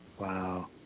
Wow